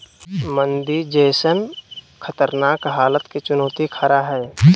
मंदी जैसन खतरनाक हलात के चुनौती खरा हइ